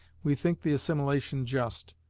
we think the assimilation just